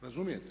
Razumijete?